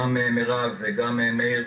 גם מירב וגם מאיר.